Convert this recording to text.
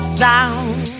sound